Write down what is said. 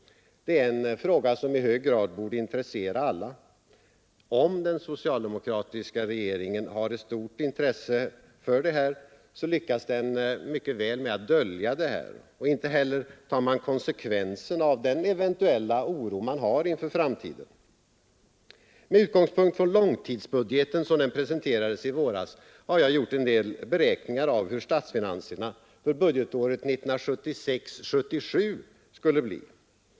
Det är en fråga som i hög grad borde intressera alla. Om den socialdemokratiska regeringen har ett stort intresse för det här, så lyckas den mycket väl dölja det. Inte heller tar man konsekvensen av den eventuella oro man har inför framtiden. Med utgångspunkt i långtidsbudgeten, som den presenterades i våras, har jag gjort en del beräkningar av hur statsfinanserna för budgetåret 1976/77 skulle bli.